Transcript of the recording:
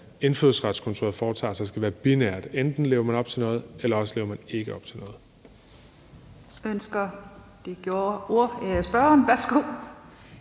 Indfødsretskontoret foretager sig, skal være binært: Enten lever man op til noget, eller også gør man ikke. Kl.